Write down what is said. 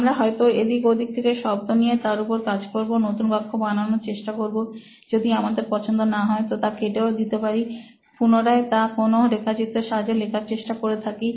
আমরা হয়তো এদিক ওদিক থেকে শব্দ নিয়ে তার উপর কাজ করব নতুন বাক্য বানানোর চেষ্টা করব যদি আমাদের পছন্দ না হয় তো তা কেটেও দিতে পারি পুনরায় তা কোন রেখাচিত্রের সাহায্যে লেখার চেষ্টা করে থাকি